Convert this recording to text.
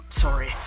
sorry